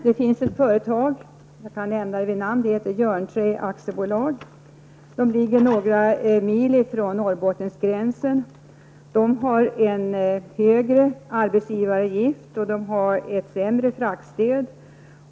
Det finns ett företag som heter Jörnträ AB några mil från Norrbottensgränsen. Företaget har en högre arbetsgivaravgift och ett sämre transportstöd.